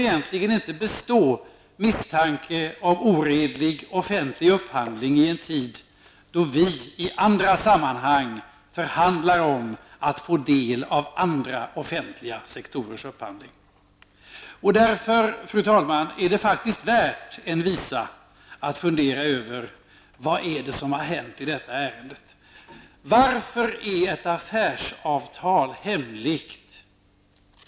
En sådan misstanke om oredlig offentlig upphandling får egentligen inte bestå i en tid när vi i andra sammanhang förhandlar om att få del av upphandlingen inom andra länders offentliga sektor. Fru talman! Det är därför värt en visa att fundera över vad som har hänt i detta ärende. Varför är ett affärsavtal hemligt?